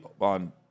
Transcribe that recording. on